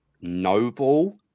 Noble